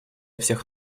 всех